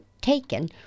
taken